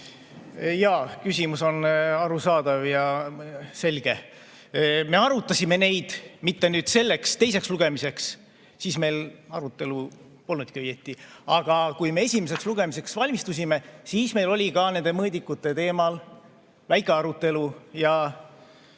Jaa! Küsimus on arusaadav ja selge. Me arutasime neid mitte nüüd selleks, teiseks lugemiseks – siis meil arutelu polnudki õieti –, aga kui me esimeseks lugemiseks valmistusime, siis meil oli ka nende mõõdikute teemal väike arutelu. Nüüd,